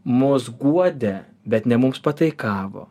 mus guodė bet ne mums pataikavo